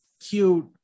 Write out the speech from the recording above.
cute